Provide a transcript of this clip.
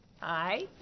Hi